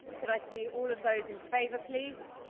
can i see all of those in favour, please.